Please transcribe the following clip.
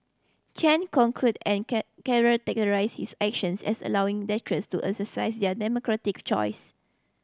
Chen concurred and characterised his actions as allowing to exercise their democratic choice